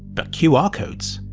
but qr ah codes?